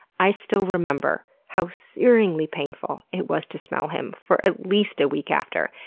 i still remember how searingly painful it was to smell him for at least a week after.